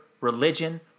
religion